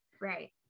Right